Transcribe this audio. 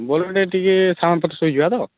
ବୋଲେରୋରେ ଟିକେ ସାମାନ୍ ପତର୍ ଶୁଇଯିବା ତ